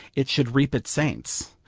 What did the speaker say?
it should reap its saints,